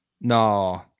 No